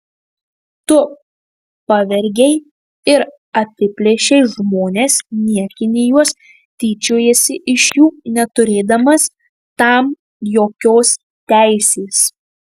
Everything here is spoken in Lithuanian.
tu pavergei ir apiplėšei žmones niekini juos tyčiojiesi iš jų neturėdamas tam jokios teisės